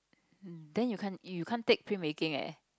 then you can't you can't take film making eh